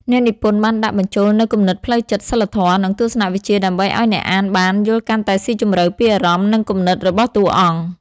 អ្នកនិពន្ធបានដាក់បញ្ចូលនូវគំនិតផ្លូវចិត្ត សីលធម៌ និងទស្សនវិជ្ជាដើម្បីឲ្យអ្នកអានបាន យល់កាន់តែស៊ីជម្រៅពីអារម្មណ៍ និងគំនិតរបស់តួអង្គ។